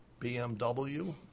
BMW